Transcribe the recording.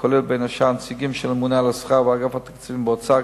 שבו בין השאר נציגים של הממונה על השכר ואגף התקציבים באוצר,